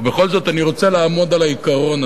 ובכל זאת אני רוצה לעמוד על העיקרון,